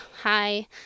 Hi